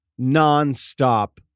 nonstop